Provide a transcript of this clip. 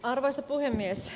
arvoisa puhemies